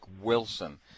Wilson